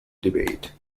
debate